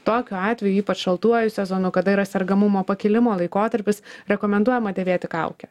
tokiu atveju ypač šaltuoju sezonu kada yra sergamumo pakilimo laikotarpis rekomenduojama dėvėti kaukę